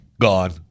gone